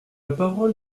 parole